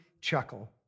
chuckle